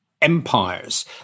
empires